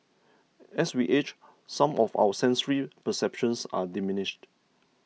as we age some of our sensory perceptions are diminished